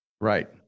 Right